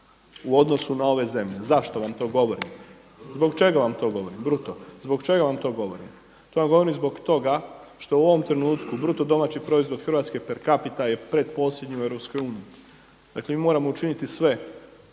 u odnosu na ove zemlje. Zašto vam to govorim? Zbog čega vam to govorim? Bruto. Zbog čega vam to govorim? To vam govorim zbog toga što u ovom trenutku bruto domaći proizvod Hrvatske per capita je pretposljednji u EU. Dakle, mi moramo učiniti sve